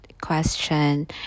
question